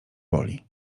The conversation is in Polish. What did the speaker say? boli